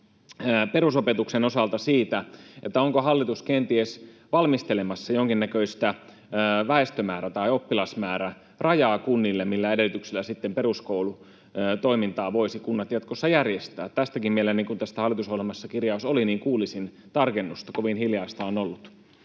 perusopetuksen osalta siitä, onko hallitus kenties valmistelemassa jonkinnäköistä väestömäärä- tai oppilasmäärärajaa kunnille siihen, millä edellytyksillä sitten peruskoulutoimintaa voisivat kunnat jatkossa järjestää. Tästäkin mielelläni, kun tästä hallitusohjelmassa kirjaus oli, kuulisin tarkennusta. Kovin hiljaista on ollut.